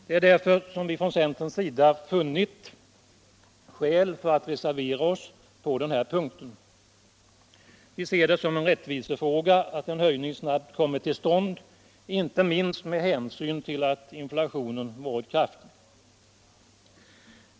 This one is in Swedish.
Det är därför som vi från centerns sida funnit skäl att reservera oss på den här punkten: Vi ser det som en rättvisefråga att en höjning snabbt kommer till stånd inte minst med hänsyn till att inflationen varit kraftig.